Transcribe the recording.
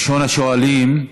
ראשון השואלים,